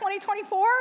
2024